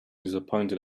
disappointed